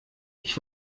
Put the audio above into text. ich